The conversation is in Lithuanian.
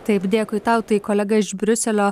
taip dėkui tau tai kolega iš briuselio